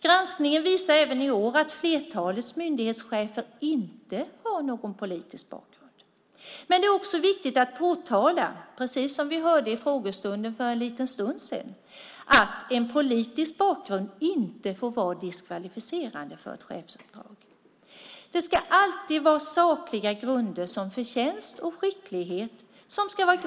Granskningen visar även i år att flertalet myndighetschefer inte har någon politisk bakgrund. Men det är också viktigt att påtala, precis som vi hörde i frågestunden för en liten stund sedan, att en politisk bakgrund inte får vara diskvalificerande för ett chefsuppdrag. Grunderna för en utnämning ska alltid vara sakliga, såsom förtjänst och skicklighet.